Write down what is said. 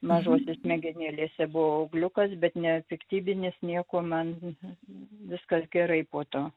mažose smegenėlėse buvo augliukas bet nepiktybinis nieko man viskas gerai po to